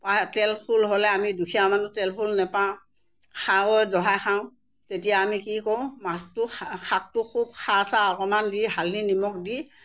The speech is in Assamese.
তেল তুল হ'লে আমি দুখীয়া মানুহ তেল তুল নেপাওঁ খাওঁ ও জহা খাওঁ তেতিয়া আমি কি কৰোঁ মাছটো শাক শাকটো খুব খাৰ চাৰ অকণমান দি হালধি নিমখ দি